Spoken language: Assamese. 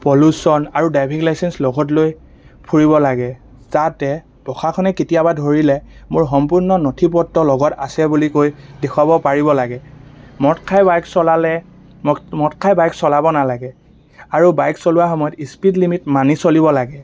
পলুশ্যন আৰু ড্ৰাইভিং লাইচেন্স লগত লৈ ফুৰিব লাগে যাতে প্ৰশাসনে কেতিয়াবা ধৰিলে মোৰ সম্পূৰ্ণ নথিপত্ৰ লগত আছে বুলি কৈ দেখুৱাব পাৰিব লাগে মদ খাই বাইক চলালে মদ মদ খাই বাইক চলাব নালাগে আৰু বাইক চলোৱা সময়ত স্পীড লিমিট মানি চলিব লাগে